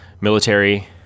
military